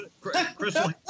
Crystal